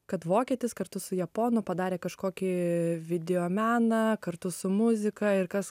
kad vokietis kartu su japonu padarė kažkokį videomeną kartu su muzika ir kas